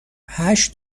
هشت